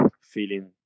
feeling